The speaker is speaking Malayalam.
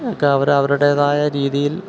ഒക്കെ അവര് അവരുടേതായ രീതിയിൽ